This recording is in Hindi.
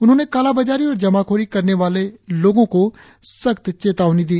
उन्होंने कालाबाजारी और जमाखोरी करने वाले लोगों को सख्त चेतावनी दी